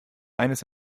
eines